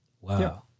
Wow